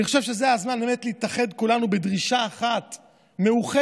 אני חושב שזה הזמן באמת להתאחד כולנו בדרישה אחת מאוחדת,